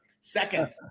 Second